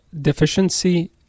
deficiency